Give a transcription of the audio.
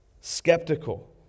Skeptical